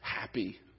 happy